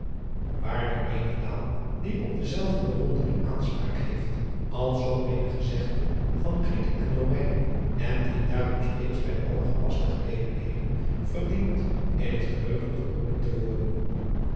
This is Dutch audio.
aarlijk eene taal die op dezelfde bewondering aanspraak heeft als zoo menig gezegde van rieken en omeinen en die daarom steeds bij alle gepaste gelegenheden verdiend in het geheugen opgeroepen te worden